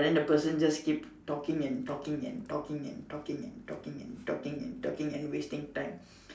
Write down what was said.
but then the person just keeps talking and talking and talking and talking and talking and talking and talking and wasting time